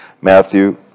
Matthew